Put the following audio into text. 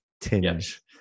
tinge